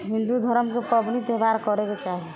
हिन्दू धरमके पबनी त्योहार करैके चाही